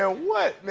ah what?